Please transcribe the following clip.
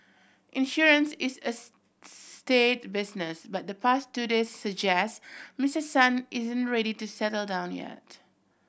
insurance is a staid to business but the past two day suggest Mister Son isn't ready to settle down yet